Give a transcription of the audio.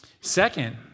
Second